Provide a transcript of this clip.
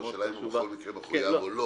לא,